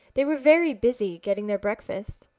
they were very busy getting their breakfast.